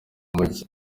mujyi